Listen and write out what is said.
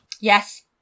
Yes